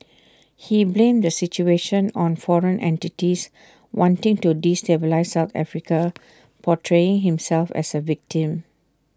he blamed the situation on foreign entities wanting to destabilise south Africa portraying himself as A victim